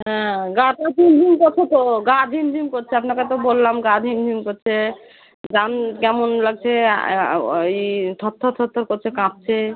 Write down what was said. হ্যাঁ গাটা ঝিমঝিম করছে তো গা ঝিমঝিম করছে আপনাকে তো বললাম গা ঝিমঝিম করছে দাম কেমন লাগছে ওই থরথর থরথর করছে কাঁপছে